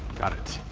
got it.